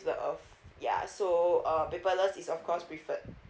the earth ya so uh paperless is of course preferred